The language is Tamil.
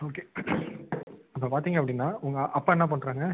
ஓகே இப்போ பார்த்திங்க அப்படின்னா உங்கள் அப்பா என்ன பண்ணுறாங்க